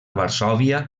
varsòvia